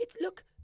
Look